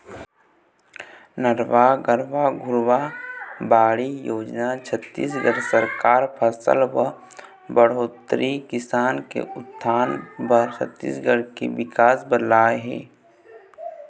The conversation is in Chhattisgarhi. नरूवा, गरूवा, घुरूवा, बाड़ी योजना छत्तीसगढ़ सरकार फसल म बड़होत्तरी, किसान के उत्थान बर, छत्तीसगढ़ के बिकास बर लाए हे